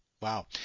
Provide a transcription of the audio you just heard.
Wow